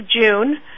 June